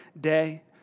day